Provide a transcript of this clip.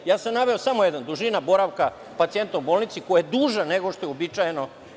Naveo sam samo jedan, dužina boravka pacijenta u bolnici koja je duža nego što je uobičajno.